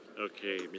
Okay